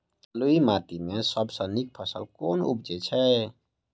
बलुई माटि मे सबसँ नीक फसल केँ उबजई छै?